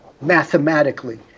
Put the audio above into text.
mathematically